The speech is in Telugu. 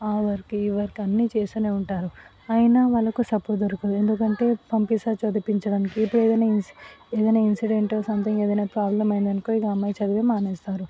ఆ వర్క్ ఈ వర్క్ అన్నీ చేస్తూనే ఉంటారు అయినా వాళ్ళకు సపోర్ట్ దొరకదు ఎందుకంటే పంపిస్తారు చదివించడానికి ఇప్పుడు ఏదైనా ఇన్సి ఏదైనా ఇన్సిడెంట్ సమ్థింగ్ ఏదైనా ప్రాబ్లమ్ అయ్యిందనుకో ఇక ఆ అమ్మాయి చదువే మానేస్తారు